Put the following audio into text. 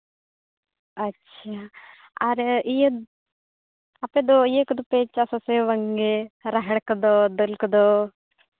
ᱟᱪᱪᱷᱟ ᱟᱨ ᱤᱭᱟᱹ ᱟᱯᱮᱫᱚ ᱤᱭᱟᱹ ᱠᱚᱫᱚᱯᱮ ᱪᱟᱥ ᱟᱥᱮ ᱵᱟᱝᱜᱮ ᱨᱟᱦᱮᱲ ᱠᱚᱫᱚ ᱫᱟᱹᱞ ᱠᱚᱫᱚ